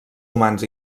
humans